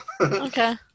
Okay